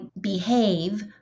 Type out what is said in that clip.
behave